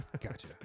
gotcha